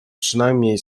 przynajmniej